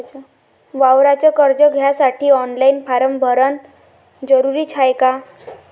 वावराच कर्ज घ्यासाठी ऑनलाईन फारम भरन जरुरीच हाय का?